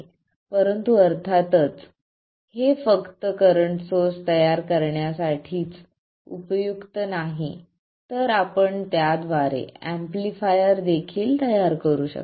परंतु अर्थातच हे फक्त करंट सोर्स तयार करण्यासाठीच हे उपयुक्त नाही तर आपण त्याद्वारे एम्पलीफायर देखील तयार करू शकता